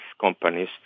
companies